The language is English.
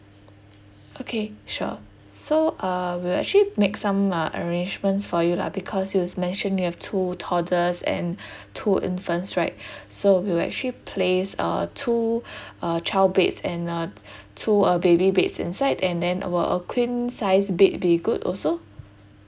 okay sure so uh we'll actually make some uh arrangements for you lah because you mentioned you have two toddlers and two infants right so we'll actually place uh two uh child beds and uh two uh baby beds inside and then uh will a queen size bed be good also